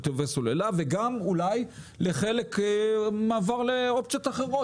וגם אולי לחלק מעבר לאופציות אחרות,